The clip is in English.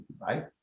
Right